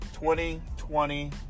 2020